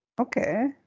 Okay